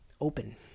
open